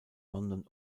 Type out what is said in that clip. london